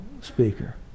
speaker